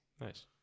Nice